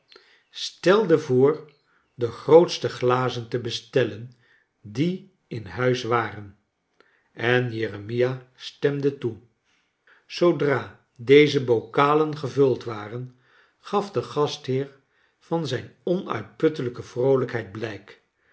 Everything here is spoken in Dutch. stelde voor de groofcste glazen te bestellen die in huis waren en jeremia stemde toe zoodra deze bokalen gevuld waren gaf de gastheer van zijn onuitputtelijke vroolijkheid blijk